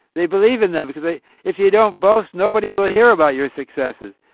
they believe in them because they if you don't boast, nobody will hear about your successes.